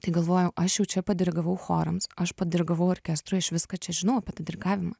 tai galvojau aš jau čia padirigavau chorams aš padirigavau orkestrui aš viską čia žinau apie tą dirigavimą